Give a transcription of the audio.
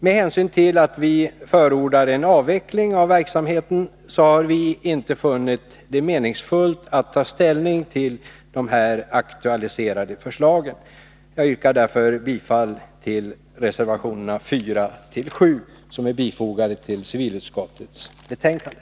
Med hänsyn till att vi förordar en avveckling av verksamheten har vi inte funnit det meningsfullt att ta ställning till de här aktualiserade förslagen. Jag yrkar därför bifall till reservationerna 4-7 som är fogade till civilutskottets betänkande.